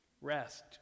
Rest